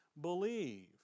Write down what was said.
believe